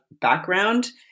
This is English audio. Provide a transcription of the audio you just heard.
background